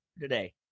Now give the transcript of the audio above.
today